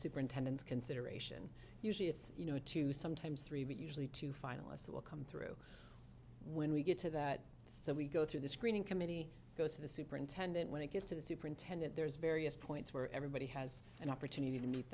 superintendent's consideration usually it's you know two sometimes three but usually two finalists will come through when we get to that so we go through the screening committee goes to the superintendent when it gets to the superintendent there's various points where everybody has an opportunity to meet